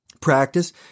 practice